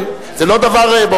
זה לא דבר,